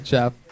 Jeff